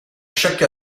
chaque